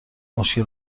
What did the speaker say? مشکل